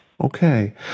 Okay